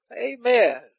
amen